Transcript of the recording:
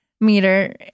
meter